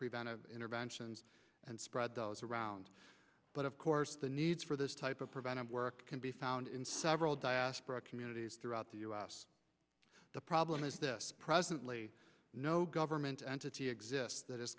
preventive interventions and spread those around but of course the need for this type of preventive work can be found in several diaspora communities throughout the u s the problem is this presently no government entity exists that